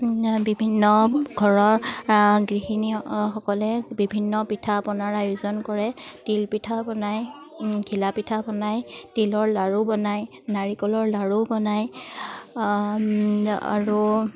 বিভিন্ন ঘৰৰ গৃহিণীসকলে বিভিন্ন পিঠা পনাৰ আয়োজন কৰে তিল পিঠা বনায় ঘিলা পিঠা বনায় তিলৰ লাড়ু বনায় নাৰিকলৰ লাড়ু বনায় আৰু